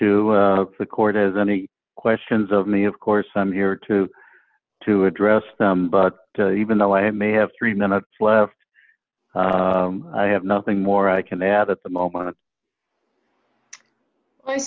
to the court has any questions of me of course i'm here to to address them but even though i may have three minutes left i have nothing more i can add at the moment i